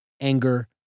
anger